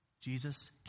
Jesus